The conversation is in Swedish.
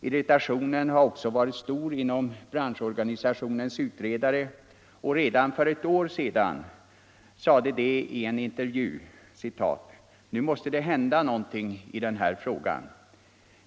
Irritationen har också varit stor bland branschorganisationens utredare, och redan för ett år sedan sade de i en intervju: ”Nu måste det hända någonting i den här frågan.